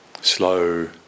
slow